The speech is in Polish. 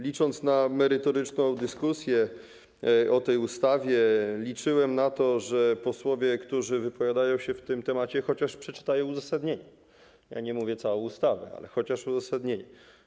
Licząc na merytoryczną dyskusję o tej ustawie, liczyłem też na to, że posłowie, którzy wypowiadają się na ten temat, chociaż przeczytają uzasadnienie: nie mówię, całą ustawę, ale chociaż uzasadnienie.